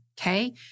Okay